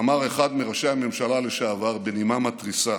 אמר אחד מראשי הממשלה לשעבר בנימה מתריסה,